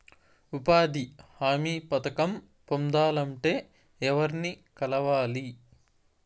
ఉపాధి హామీ పథకం పొందాలంటే ఎవర్ని కలవాలి?